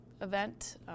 event